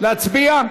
להצביע?